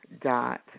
dot